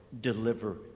deliver